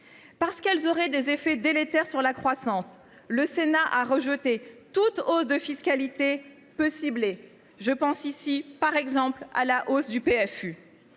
Parce qu’elles auraient des effets délétères sur la croissance, le Sénat a rejeté toutes les hausses de fiscalité peu ciblées ; je pense, par exemple, à la hausse du PFU.